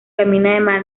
camina